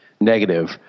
negative